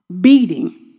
beating